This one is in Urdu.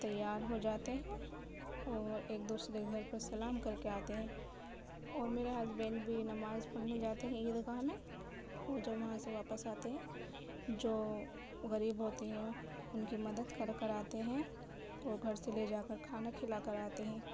تیار ہو جاتے ہیں اور ایک دوسرے کے گھر پہ سلام کر کے آتے ہیں اور میرے ہسبینڈ بھی نماز پڑھنے جاتے ہیں عید گاہ میں اور جب وہاں سے واپس آتے ہیں جو غریب ہوتے ہیں ان کی مدد کر کر آتے ہیں اور گھر سے لے جاکر کھانا کھلا کر آتے ہیں